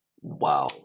Wow